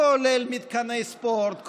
כולל מתקני ספורט,